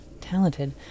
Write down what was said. talented